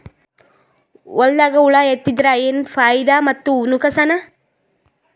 ಹೊಲದಾಗ ಹುಳ ಎತ್ತಿದರ ಏನ್ ಫಾಯಿದಾ ಮತ್ತು ನುಕಸಾನ?